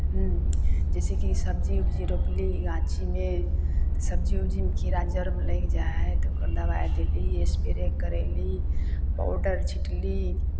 जैसेकि सब्जी उब्जी रोपली गाछीमे तऽ सब्जी उब्जीमे कीड़ा जड़मे लागि जाइ हइ तऽ ओकर दबाइ देली स्प्रे करयली पाउडर छिटली